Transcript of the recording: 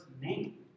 name